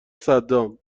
صدام